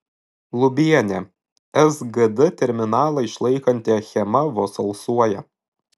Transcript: lubienė sgd terminalą išlaikanti achema vos alsuoja